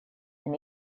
and